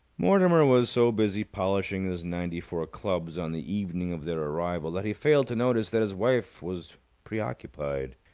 mortimer was so busy polishing his ninety-four clubs on the evening of their arrival that he failed to notice that his wife was preoccupied.